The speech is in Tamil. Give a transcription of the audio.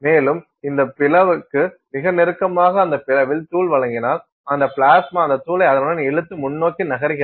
மேலும் அந்த பிளவுக்கு மிக நெருக்கமாக அந்த பிளவில் தூள் வழங்கினால் அந்த பிளாஸ்மா அந்த தூளை அதனுடன் இழுத்து முன்னோக்கி நகர்கிறது